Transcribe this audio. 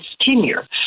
tenure